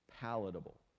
palatable